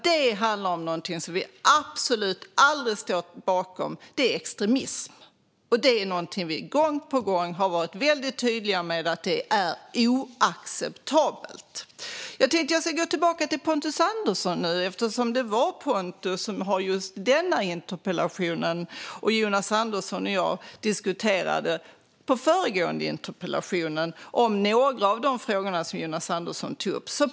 Det handlar om någonting som vi absolut aldrig stått bakom. Det är extremism, och det är någonting som vi gång på gång har varit väldigt tydliga med är oacceptabelt. Jag tänkte gå tillbaka till att svara Pontus Andersson nu eftersom det är Pontus som har ställt just denna interpellation. Jonas Andersson och jag diskuterade under den förra interpellationsdebatten några av de frågor som Jonas Andersson tog upp.